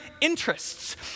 interests